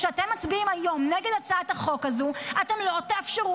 כשאתם מצביעים היום נגד הצעת החוק הזו אתם לא תאפשרו